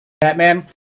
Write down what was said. Batman